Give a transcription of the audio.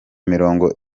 mirongo